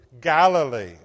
Galilee